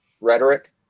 rhetoric